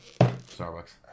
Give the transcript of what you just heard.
Starbucks